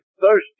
thirsty